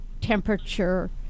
temperature